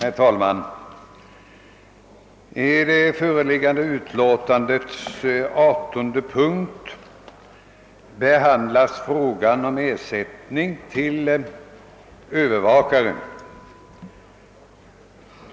Herr talman! Under förevarande punkt behandlas frågan om ersättning till övervakare.